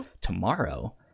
tomorrow